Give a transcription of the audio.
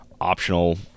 optional